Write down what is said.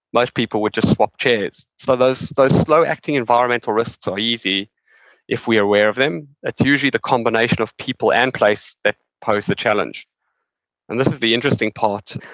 most people would just swap chairs. so, those those slow-acting environmental risks are easy if we're aware of them. it's usually the combination of people and place that pose the challenge and this is the interesting part.